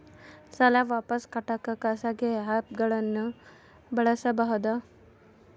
ಸಾಲ ವಾಪಸ್ ಕಟ್ಟಕ ಖಾಸಗಿ ಆ್ಯಪ್ ಗಳನ್ನ ಬಳಸಬಹದಾ?